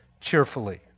cheerfully